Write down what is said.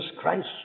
Christ